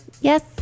Yes